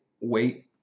wait